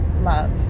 love